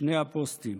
שני הפוסטים.